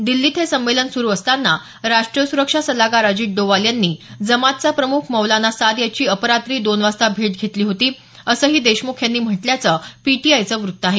दिल्लीत हे संमेलन सुरू असताना राष्ट्रीय सुरक्षा सल्लागार अजित डोवाल यांनी जमातचा प्रमुख मौलाना साद याची अपरात्री दोन वाजता भेट घेतली होती असंही देशमुख यांनी म्हटल्याचं पीटीआयचं वृत्त आहे